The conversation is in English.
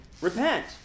repent